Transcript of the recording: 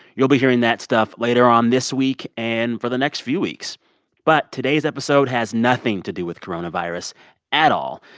you'll be hearing that stuff later on this week and for the next few weeks but today's episode has nothing to do with coronavirus at all.